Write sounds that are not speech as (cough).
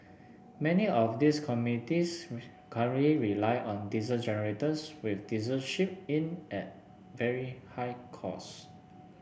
many of these communities (unintelligible) rely on diesel generators with diesel shipped in at very high cost